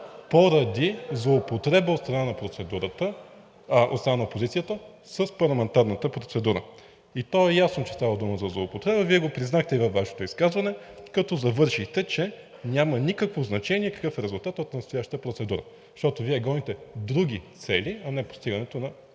поради злоупотреба от страна на опозицията с парламентарната процедура. И то е ясно, че става дума за злоупотреба. Вие го признахте и във Вашето изказване, като завършихте, че няма никакво значение какъв е резултатът от настоящата процедура, защото Вие гоните други цели, а не постигането на